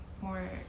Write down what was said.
more